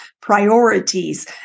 priorities